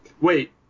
Wait